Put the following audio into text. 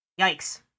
yikes